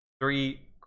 three